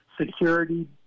security